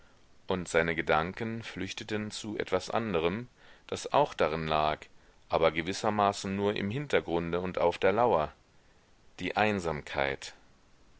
und seine gedanken flüchteten zu etwas anderem das auch darin lag aber gewissermaßen nur im hintergrunde und auf der lauer die einsamkeit